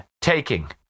taking